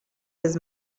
his